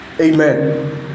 Amen